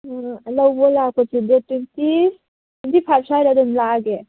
ꯂꯧꯕ ꯂꯥꯛꯄꯁꯦ date twenty twenty five ꯁ꯭ꯋꯥꯏꯗꯐ ꯑꯗꯨꯝ ꯂꯥꯛꯑꯒꯦ